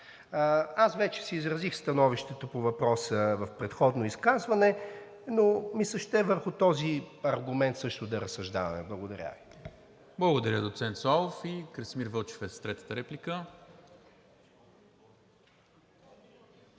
Аз вече си изразих становището по въпроса в предходно изказване, но ми се ще върху този аргумент също да разсъждаваме. Благодаря Ви. ПРЕДСЕДАТЕЛ НИКОЛА МИНЧЕВ: Благодаря, доцент Славов. Красимир Вълчев е с третата реплика.